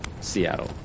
Seattle